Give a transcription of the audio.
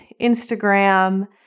Instagram